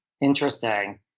interesting